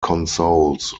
consoles